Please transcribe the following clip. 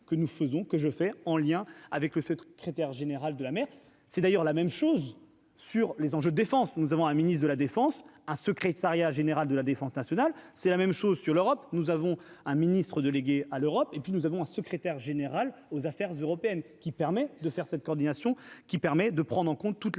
que nous faisons, que je fais en lien avec le secrétaire général de la mer, c'est d'ailleurs la même chose sur les enjeux, défense, nous avons un ministre de la Défense, un secrétariat général de la défense nationale, c'est la même chose sur l'Europe, nous avons un Ministre délégué à l'Europe et puis nous avons un secrétaire général aux affaires européennes qui permet de faire cette coordination qui permet de prendre en compte toute